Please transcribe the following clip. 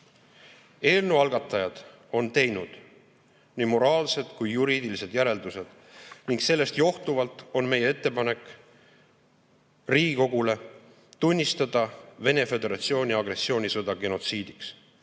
Eelnõu algatajad on teinud nii moraalsed kui juriidilised järeldused ning sellest johtuvalt on meie ettepanek Riigikogule tunnistada Vene Föderatsiooni agressioonisõda genotsiidiks.